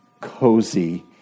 cozy